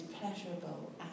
pleasurable